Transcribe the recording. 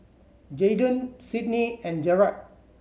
Jaidyn Sydney and Jered